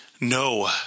No